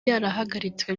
yarahagaritswe